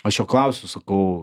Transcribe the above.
aš jo klausiu sakau